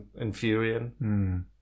infuriating